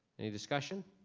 any discussion?